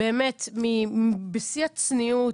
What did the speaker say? בשיא הצניעות,